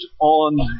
on